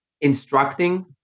instructing